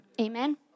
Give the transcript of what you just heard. Amen